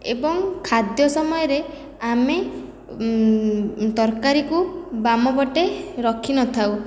ଏବଂ ଖାଦ୍ୟ ସମୟରେ ଆମେ ତରକାରୀକୁ ବାମ ପଟେ ରଖିନଥାଉ